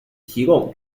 提供